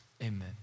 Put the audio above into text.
Amen